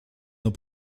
nos